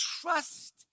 trust